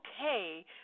okay